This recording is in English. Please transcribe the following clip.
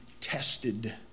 tested